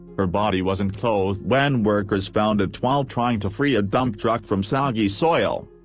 her body wasn't clothed when workers found it while trying to free a dump truck from soggy soil.